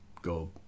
go